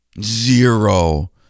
Zero